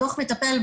הדוח מטפל,